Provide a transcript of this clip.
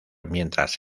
mientras